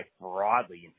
broadly